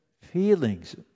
feelings